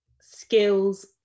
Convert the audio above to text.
skills